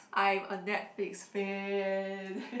I'm a Netflix fan